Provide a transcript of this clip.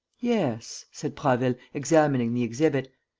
yes, said prasville, examining the exhibit,